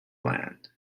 land